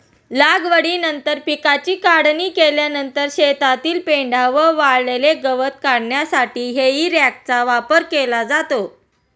लागवडीनंतर पिकाची काढणी केल्यानंतर शेतातील पेंढा व वाळलेले गवत काढण्यासाठी हेई रॅकचा वापर केला जातो